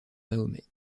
mahomet